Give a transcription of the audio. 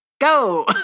Go